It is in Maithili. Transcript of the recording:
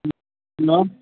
हेलो